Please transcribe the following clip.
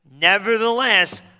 Nevertheless